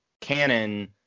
canon